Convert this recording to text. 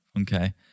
okay